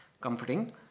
comforting